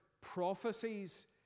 prophecies